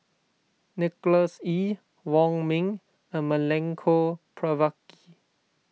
Nicholas Ee Wong Ming and Milenko Prvacki